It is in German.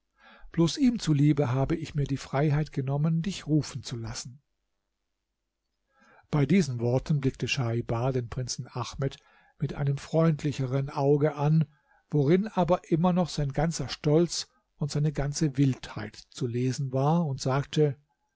bloß ihm zuliebe habe ich mir die freiheit genommen dich rufen zu lassen bei diesen worten blickte schaibar den prinzen ahmed mit einem freundlichern auge an worin aber immer noch sein ganzer stolz und seine ganze wildheit zu lesen war und sagte